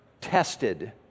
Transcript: tested